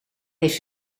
heeft